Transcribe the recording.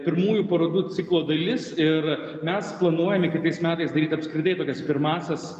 pirmųjų parodų ciklo dalis ir mes planuojame kitais metais daryt apskritai tokias pirmąsias